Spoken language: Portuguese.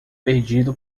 perdido